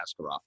Askarov